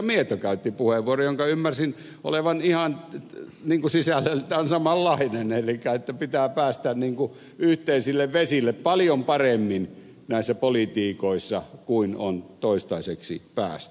mieto käytti puheenvuoron jonka ymmärsin olevan ihan sisällöltään samanlainen elikkä että pitää päästä yhteisille vesille paljon paremmin näissä politiikoissa kuin on toistaiseksi päästy